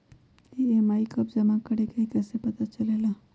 EMI कव जमा करेके हई कैसे पता चलेला?